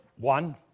One